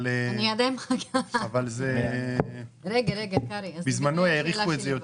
אבל בזמנו העריכו את זה יותר,